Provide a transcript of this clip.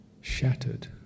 shattered